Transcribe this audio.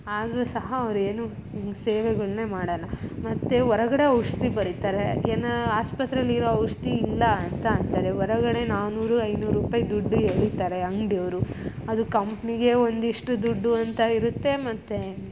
ಆದರೂ ಸಹ ಅವ್ರು ಏನೂ ಸೇವೆಗಳ್ನೇ ಮಾಡೋಲ್ಲ ಮತ್ತು ಹೊರಗಡೆ ಔಷಧಿ ಬರೀತಾರೆ ಎನೋ ಆಸ್ಪತ್ರೆಯಲ್ಲಿರೋ ಔಷಧಿ ಇಲ್ಲ ಅಂತ ಅಂತಾರೆ ಹೊರಗಡೆ ನಾನೂರು ಐನೂರು ರೂಪಾಯಿ ದುಡ್ಡು ಎಳೀತಾರೆ ಅಂಗಡಿಯವ್ರು ಅದು ಕಂಪ್ನಿಗೆ ಒಂದಷ್ಟು ದುಡ್ಡು ಅಂತ ಇರುತ್ತೆ ಮತ್ತು